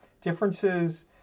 differences